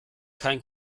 kein